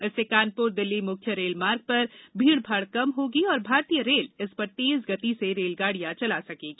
इससे कानपुर दिल्ली मुख्य रेलमार्ग पर भीड़ भाड़ कम होगी और भारतीय रेल इस पर तेज गति से रेलगाड़ियां चला सकेगी